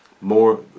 more